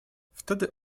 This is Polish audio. wtedy